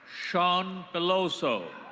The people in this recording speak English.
sean beloso.